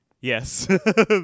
Yes